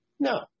No